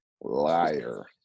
liar